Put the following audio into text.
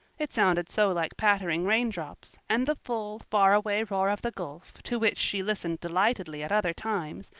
it sounded so like pattering raindrops, and the full, faraway roar of the gulf, to which she listened delightedly at other times,